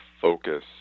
focus